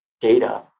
data